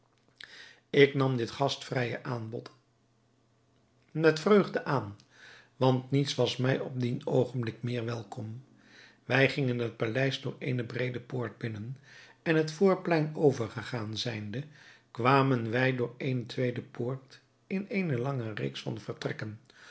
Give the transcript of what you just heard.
ik nam dit gastvrije aanbod met vreugde aan want niets was mij op dien oogenblik meer welkom wij gingen het paleis door eene breede poort binnen en het voorplein overgegaan zijnde kwamen wij door eene tweede poort in eene lange reeks van vertrekken